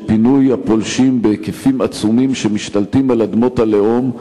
פינוי הפולשים שמשתלטים בהיקפים עצומים על אדמות הלאום,